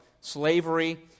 slavery